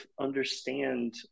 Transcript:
understand